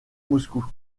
moscou